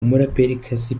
umuraperikazi